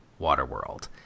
Waterworld